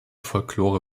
folklore